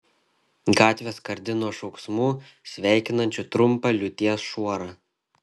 gatvė skardi nuo šauksmų sveikinančių trumpą liūties šuorą